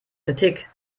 kritik